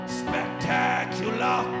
spectacular